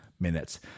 minutes